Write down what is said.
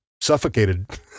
suffocated